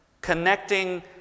Connecting